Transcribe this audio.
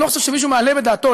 אני לא חושב שמישהו מעלה בדעתו,